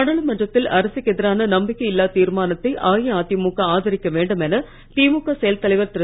நாடாளுமன்றத்தில் அரசுக்கு எதிரான நம்பிக்கை இல்லாத் தீர்மானத்தை அஇஅதிமுக ஆதரிக்க வேண்டும் என திமுக செயல் தலைவர் திரு